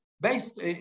based